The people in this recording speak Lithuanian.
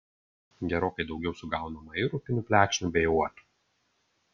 gerokai daugiau sugaunama ir upinių plekšnių bei uotų